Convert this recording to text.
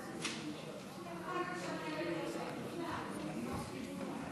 ברוך אתה ה' אלוהינו מלך העולם שהכול נהיה בדברו.